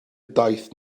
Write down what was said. daith